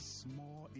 small